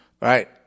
right